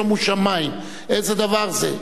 שומו שמים, איזה דבר זה.